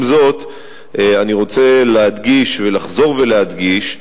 עם זאת, אני רוצה להדגיש ולחזור ולהדגיש,